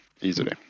easily